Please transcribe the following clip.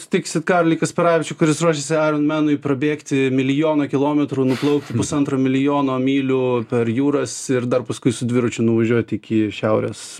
sutiksit karolį kasparavičių kuris ruošiasi aironmenui prabėgti milijoną kilometrų nuplaukti pusantro milijono mylių per jūras ir dar paskui su dviračiu nuvažiuoti iki šiaurės